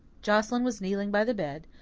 joscelyn was kneeling by the bed,